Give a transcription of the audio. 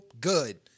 good